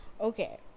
okay